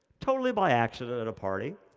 totally by accident in a party.